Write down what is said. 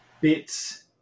bits